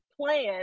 plan